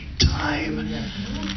time